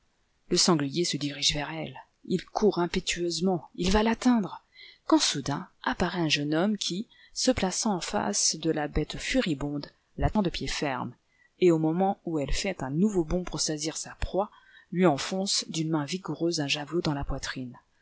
le sanglier se dirige vers elle il court impétueusement il va l'atteindre quand soudain apparaît un jeune homme qui se plaçant en face de la bête furibonde l'attend de pied ferme et au moment où elle fait un nouveau bond pour saisir sa proie lui enfonce d'une main vigoureuse un javelot dans la poitrine